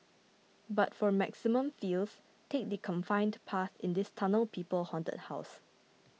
but for maximum feels take the confined path in this Tunnel People Haunted House